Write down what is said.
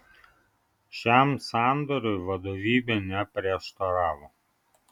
šiam sandoriui vadovybė neprieštaravo